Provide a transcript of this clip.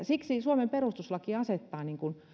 siksi suomen perustuslaki asettaa